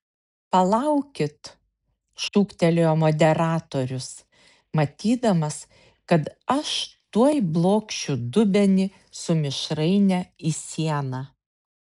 palaukit šūktelėjo moderatorius matydamas kad aš tuoj blokšiu dubenį su mišraine į sieną